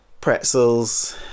pretzels